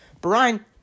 Brian